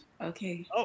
Okay